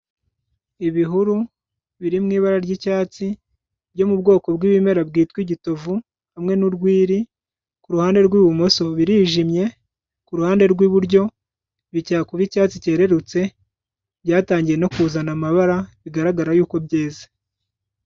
Ibihuru biri mu ibara ry'icyatsi ryo mu bwoko bw'ibimera byitwa igitovu hamwe n'urwiri, kuruhande rw'ibumoso birijimye, kuruhande rw'iburyo bijya kuba icyatsi kererutse, byatangiye no kuzana amabara bigaragara yuko byeze.